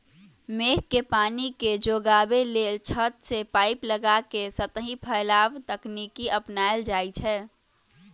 मेघ के पानी के जोगाबे लेल छत से पाइप लगा के सतही फैलाव तकनीकी अपनायल जाई छै